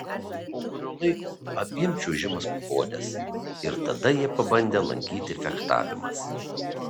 po kurio laiko abiem čiuožimas pabodęs ir tada jie pabandę lankyti fechtavimąsi